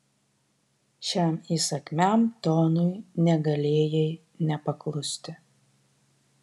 šiam įsakmiam tonui negalėjai nepaklusti